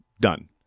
Done